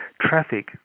traffic